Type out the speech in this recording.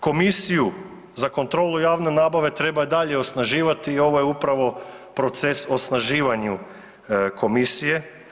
Komisiju za kontrolu javne nabave treba i dalje osnaživati i ovo je upravo proces osnaživanja komisije.